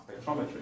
spectrometry